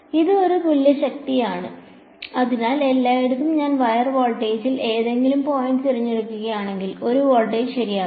ഇത് ഒരു തുല്യശക്തിയാണ് അതിനാൽ എല്ലായിടത്തും ഞാൻ വയർ വോൾട്ടേജിൽ ഏതെങ്കിലും പോയിന്റ് തിരഞ്ഞെടുക്കുകയാണെങ്കിൽ 1 വോൾട്ടേജ് ശരിയാകും